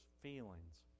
feelings